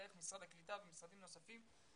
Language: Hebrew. דרך משרד הקליטה ומשרדים נוספים,